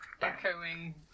echoing